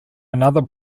another